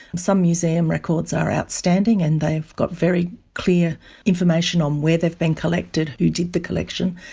some museum records are outstanding and they've got very clear information on where they've been collected, who did the collection,